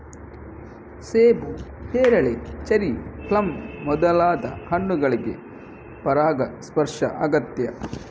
ಸೇಬು, ಪೇರಳೆ, cherry, plum ಮೊದಲಾದ ಹಣ್ಣುಗಳಿಗೆ ಪರಾಗಸ್ಪರ್ಶ ಅಗತ್ಯ